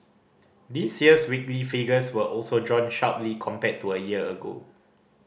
this year's weekly figures were also drawn sharply compared to a year ago